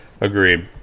Agreed